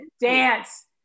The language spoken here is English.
dance